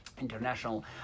international